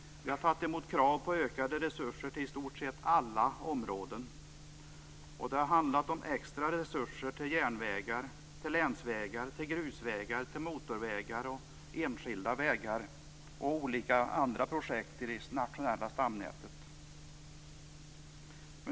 Vi har tagit emot krav på ökade resurser till i stort sett alla områden. Det har handlat om extra resurser till järnvägar, länsvägar, grusvägar, motorvägar och enskilda vägar liksom om andra projekt i det nationella stamvägnätet.